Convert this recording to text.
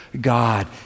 God